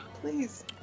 Please